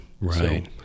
Right